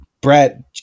Brett